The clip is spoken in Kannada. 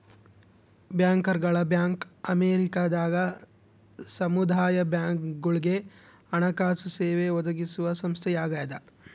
ಬ್ಯಾಂಕರ್ಗಳ ಬ್ಯಾಂಕ್ ಅಮೇರಿಕದಾಗ ಸಮುದಾಯ ಬ್ಯಾಂಕ್ಗಳುಗೆ ಹಣಕಾಸು ಸೇವೆ ಒದಗಿಸುವ ಸಂಸ್ಥೆಯಾಗದ